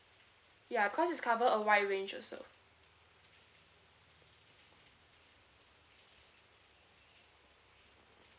ya cause it's cover a wide range also